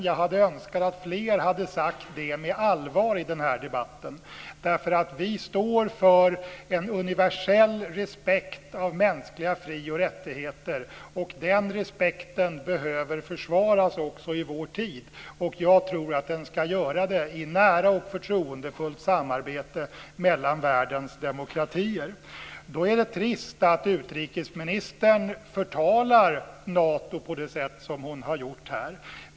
Jag hade önskat att fler hade sagt det med allvar i den här debatten. Vi står för en universell respekt av mänskliga fri och rättigheter. Den respekten behöver försvaras också i vår tid. Jag tror att man ska göra det i nära och förtroendefullt samarbete mellan världens demokratier. Då är det trist att utrikesministern förtalar Nato på det sätt hon har gjort här.